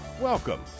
Welcome